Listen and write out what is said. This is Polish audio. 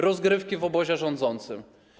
Rozgrywki w obozie rządzącym.